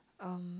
um